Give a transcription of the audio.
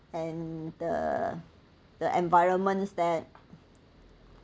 and the the environment's there